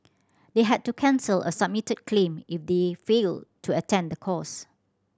they had to cancel a submitted claim if they failed to attend the course